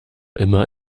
immer